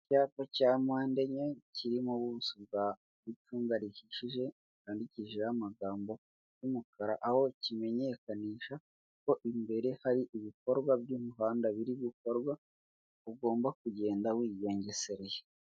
Icyapa cya mpande enye kirimo ubuso bwa bw'icunga rihishije cyandikishije ho amagambo y'umukara aho kimenyekanisha ko imbere hari ibikorwa by'umuhanda biri gukorwa ugomba kugenda wigengesereye.